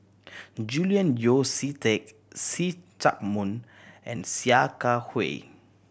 Julian Yeo See Teck See Chak Mun and Sia Kah Hui